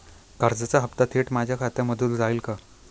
कर्जाचा हप्ता थेट माझ्या खात्यामधून जाईल का?